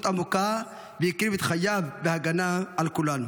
עמוקה והקריב את חייו בהגנה על כולנו.